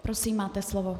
Prosím máte slovo.